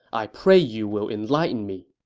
i pray you will enlighten me.